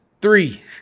three